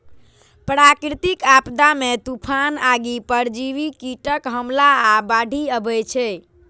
प्राकृतिक आपदा मे तूफान, आगि, परजीवी कीटक हमला आ बाढ़ि अबै छै